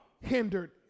hindered